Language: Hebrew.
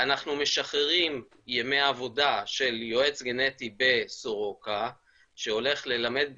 אנחנו משחררים ימי עבודה של יועץ גנטי בסורוקה שהולך ללמד בתיכון.